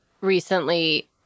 recently